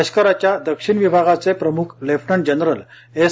लष्कराच्या दक्षिण विभागाचे प्रमुख लेफ्टनंट जनरल एस